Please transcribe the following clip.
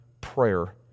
prayer